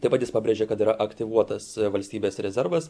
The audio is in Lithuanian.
taip jis pabrėžė kad yra aktyvuotas valstybės rezervas